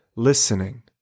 listening